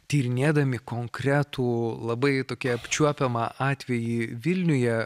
tyrinėdami konkretų labai tokį apčiuopiamą atvejį vilniuje